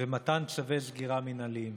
ומתן צווי סגירה מינהליים.